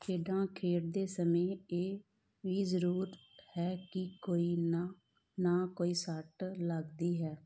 ਖੇਡਾਂ ਖੇਡਦੇ ਸਮੇਂ ਇਹ ਵੀ ਜ਼ਰੂਰ ਹੈ ਕਿ ਕੋਈ ਨਾ ਨਾ ਕੋਈ ਸੱਟ ਲੱਗਦੀ ਹੈ